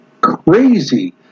crazy